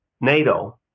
NATO